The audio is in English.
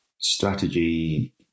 strategy